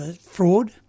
fraud